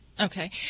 Okay